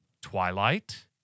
Twilight